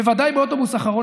בוודאי באוטובוס האחרון,